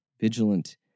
vigilant